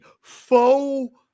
faux